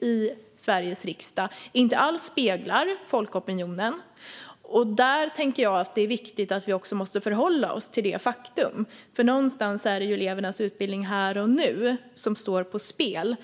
i Sveriges riksdag, just nu i alla fall, inte alls speglar folkopinionen. Jag tänker att vi måste förhålla oss till detta faktum. Det är ju elevernas utbildning här och nu som står på spel.